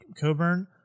Coburn